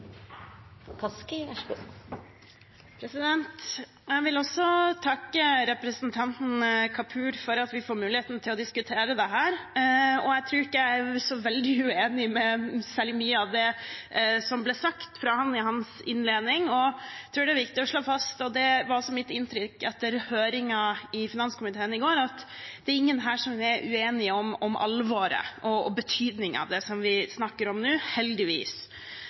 Jeg vil også takke representanten Kapur for at vi får muligheten til å diskutere dette. Jeg tror ikke jeg er så veldig uenig i mye av det som ble sagt fra ham i hans innledning. Jeg tror det er viktig å slå fast, og det var også mitt inntrykk etter høringen i finanskomiteen i går, at det er ingen her som er uenig i alvoret og betydningen av det som vi snakker om nå – heldigvis.